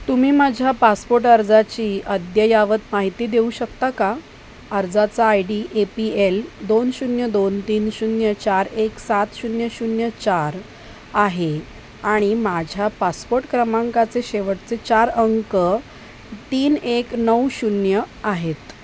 तुम्ही माझ्या पासपोट अर्जाची अद्ययावत माहिती देऊ शकता का अर्जाचा I D A P L दोन शून्य दोन तीन शून्य चार एक सात शून्य शून्य चार आहे आणि माझ्या पासपोट क्रमांकाचे शेवटचे चार अंक तीन एक नऊ शून्य आहेत